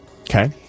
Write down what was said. Okay